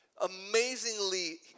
Amazingly